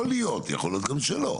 לא הבנתי מה את אומרת.